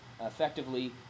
effectively